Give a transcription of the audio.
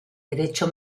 derecho